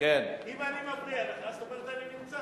אם אני מפריע לך, זאת אומרת שאני נמצא.